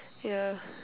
yeah